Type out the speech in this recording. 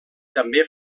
també